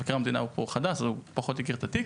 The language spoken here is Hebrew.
מבקר המדינה פה הוא חדש והוא פחות הכיר את התיק.